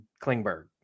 Klingberg